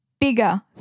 bigger